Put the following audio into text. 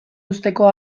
uzteko